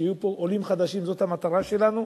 שיהיו פה עולים חדשים, זאת המטרה שלנו,